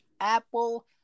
Apple